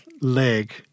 leg